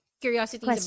curiosity